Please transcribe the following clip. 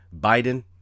Biden